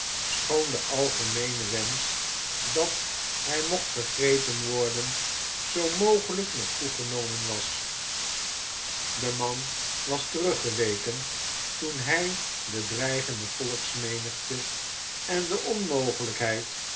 schoon de algemeene wensch dat hij mocht gegrepen worden zoo mogelijk nog toegenomen was de man was teruggeweken toen hij de dreigende volksmenigte en de onmogelijkheid